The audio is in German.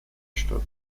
statt